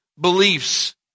beliefs